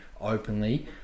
openly